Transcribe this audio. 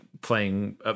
playing